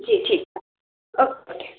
जी ठीक है ओके